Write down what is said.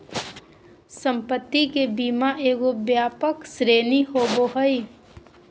संपत्ति के बीमा एगो व्यापक श्रेणी होबो हइ